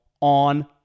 on